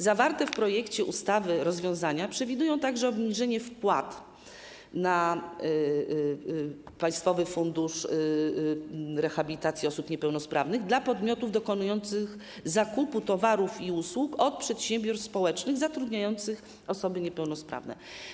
Zawarte w projekcie ustawy rozwiązania przewidują także obniżenie wpłat na Państwowy Fundusz Rehabilitacji Osób Niepełnosprawnych dla podmiotów dokonujących zakupu towarów i usług od przedsiębiorstw społecznych zatrudniających osoby niepełnosprawne.